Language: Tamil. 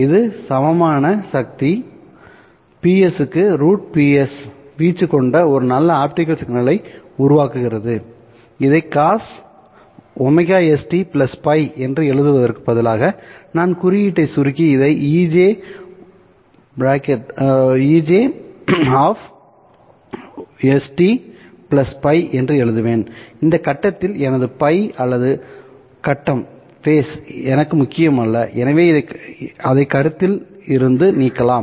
இது சமமான சக்தி PS க்கு √PS வீச்சு கொண்ட ஒரு நல்ல ஆப்டிகல் சிக்னலை உருவாக்குகிறது இதை cos st Ф என்று எழுதுவதற்கு பதிலாக நான் குறியீட்டை சுருக்கி இதை ej st Ф என்று எழுதுவேன் இந்த கட்டத்தில் எனது Ф அல்லது கட்டம் எனக்கு முக்கியமல்ல எனவே அதை கருத்தில் இருந்து நீக்கலாம்